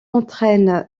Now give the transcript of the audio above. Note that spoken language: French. entraîne